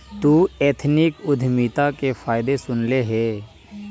तु एथनिक उद्यमिता के फायदे सुनले हे?